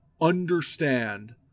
understand